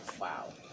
Wow